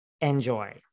Enjoy